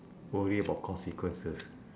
worry about consequences